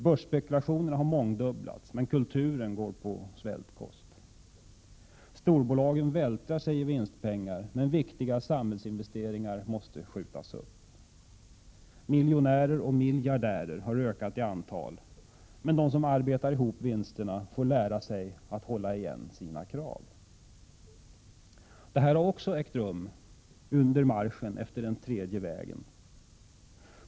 Börsspekulationen har mångdubblats, men kulturen går på svältkost. Storbolagen vältrar sig i vinstpengar, men viktiga samhällsinvesteringar måste skjutas upp. Miljonärer och miljardärer har ökat i antal, men de som arbetar ihop vinsterna får lära sig att hålla igen på sina krav. Detta har också ägt rum under marschen efter den tredje vägen.